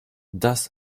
das